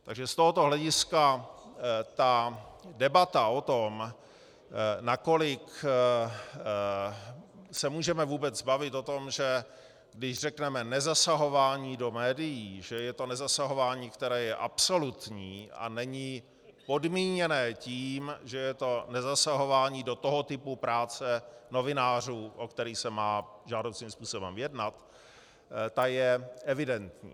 Takže z tohoto hlediska debata o tom, nakolik se můžeme vůbec bavit o tom, že když řekneme nezasahování do médií, že je to nezasahování, které je absolutní a není podmíněno tím, že je to nezasahování do typu práce novinářů, o kterém se má žádoucím způsobem jednat, je evidentní.